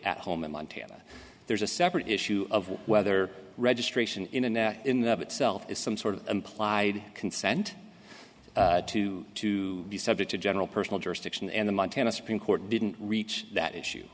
at home in montana there's a separate issue of whether registration in and there in that itself is some sort of implied consent to to be subject to general personal jurisdiction and the montana supreme court didn't reach that issue